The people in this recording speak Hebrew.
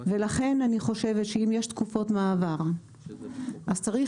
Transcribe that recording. לכן אני חושבת שאם יש תקופות מעבר אז צריך